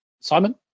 Simon